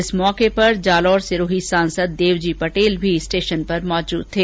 उनके साथ जालोर सिरोही सांसद देवजी पटेल भी स्टेशन पर मौजूद थे